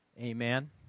Amen